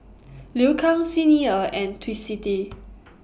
Liu Kang Xi Ni Er and Twisstii